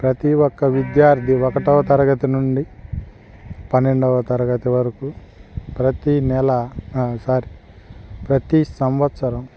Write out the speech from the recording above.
ప్రతీ ఒక్క విద్యార్థి ఒకటవ తరగతి నుండి పన్నెండవ తరగతి వరకు ప్రతీ నెల సారీ ప్రతీ సంవత్సరం